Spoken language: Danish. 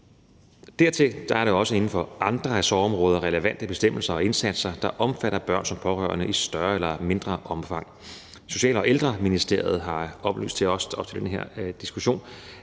pårørende. Inden for andre ressortområder er der også relevante bestemmelser og indsatser, der omfatter børn som pårørende i større eller mindre omfang. Social- og Ældreministeriet har oplyst os op til den her diskussion,